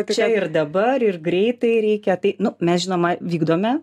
čia ir dabar ir greitai reikia tai nu mes žinoma vykdome